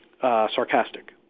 sarcastic